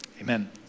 Amen